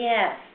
Yes